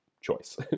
choice